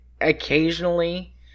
Occasionally